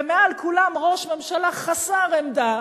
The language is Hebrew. ומעל כולם ראש ממשלה חסר עמדה,